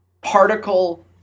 particle